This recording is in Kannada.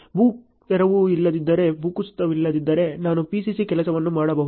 ಭೂ ತೆರವು ಇಲ್ಲದಿದ್ದರೆ ಭೂಕುಸಿತವಿಲ್ಲದಿದ್ದರೆ ನಾನು PCC ಕೆಲಸವನ್ನು ಮಾಡಬಹುದು